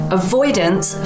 avoidance